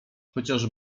chociaż